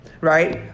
right